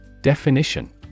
Definition